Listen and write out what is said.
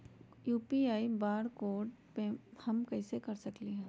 UPI barcode scan payment हम कईसे कर सकली ह?